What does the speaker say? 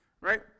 right